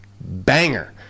Banger